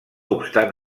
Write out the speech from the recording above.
obstant